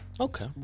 Okay